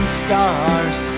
stars